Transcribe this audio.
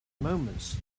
moments